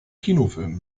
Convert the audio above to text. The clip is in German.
kinofilmen